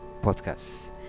podcast